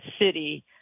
city